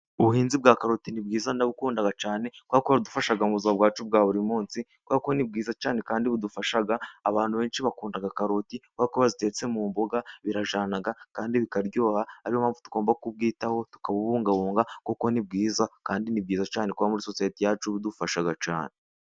Ubuhinzi bwa karoti ni bwiza ndabukunda cyane, kubera ko budufasha mubuzima bwacu bwa buri munsi, kubera ko ni bwiza cyane kandi budufasha, abantu benshi bakundaga karoti kubera ko iyo bazitetse mu mboga birajyana kandi bikaryoha, ari yo mpamvu tugomba kubwitaho tukabubungabunga, kuko ni bwiza kandi ni byiza cyane kuba muri sosiete yacu budufasha cyane.